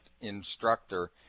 instructor